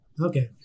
Okay